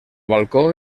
balcó